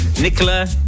Nicola